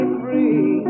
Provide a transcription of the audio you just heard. free